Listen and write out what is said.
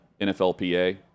NFLPA